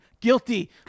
Guilty